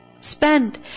Spend